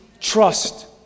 Trust